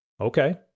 Okay